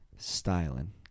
Styling